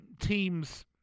teams